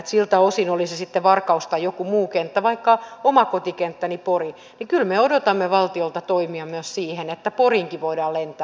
siltä osin oli se sitten varkaus tai joku muu kenttä vaikka oma kotikenttäni pori me kyllä odotamme valtiolta toimia myös siihen että poriinkin voidaan lentää